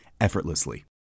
effortlessly